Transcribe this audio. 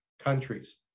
countries